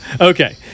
Okay